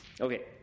Okay